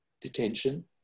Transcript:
detention